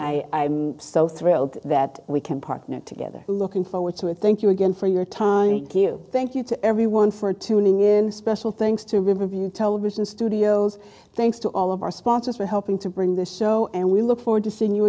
i so thrilled that we can partner together looking forward to it thank you again for your time q thank you to everyone for tuning in special things to riverview television studios thanks to all of our sponsors for helping to bring this show and we look forward to seeing you